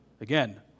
Again